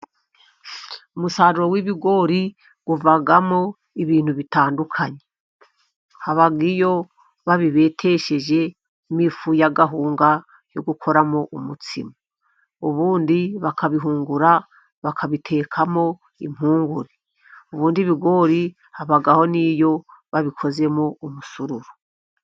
Umusaruro w'ibigori uvamo ibintu bitandukanye, haba iyo babibetesheje mo ifu ya kawunga yo gukoramo umutsima, ubundi bakabihungura bakabitekamo impungure, ubundi ibigori habaho n'iyo babikozemo umusururu.